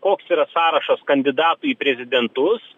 koks yra sąrašas kandidatų į prezidentus